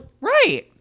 Right